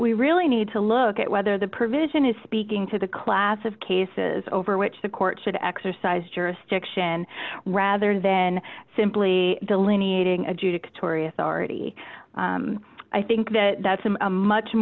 we really need to look at whether the provision is speaking to the class of cases over which the court should exercise jurisdiction rather then simply delineating adjudicatory authority i think that's a much